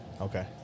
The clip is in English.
Okay